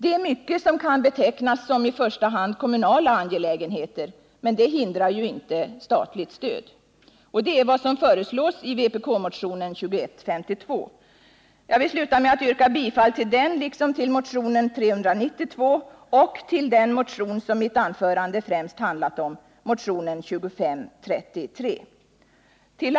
Det är mycket som kan betecknas som i första hand kommunala angelägenheter, men det hindrar ju inte att det lämnas ett statligt stöd. Det är vad som föreslås i vpk-motionen 2152. Jag vill sluta med att yrka bifall till den, liksom till motionen 392 och till den motion som mitt anförande främst har handlat om, motionen 2533.